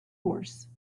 horse